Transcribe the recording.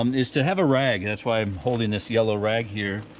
um is to have a rag. that's why i'm holding this yellow rag here,